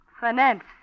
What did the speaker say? finance